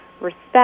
respect